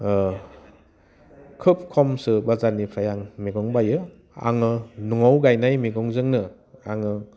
खोब खमसो बाजारनिफ्राय आं मेगं बाइयो आङो न'आव गायनाय मैगंजोंनो आङो